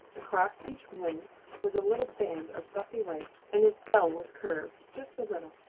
across each wing was a little band of buffy-white, and his bill was curved just a little.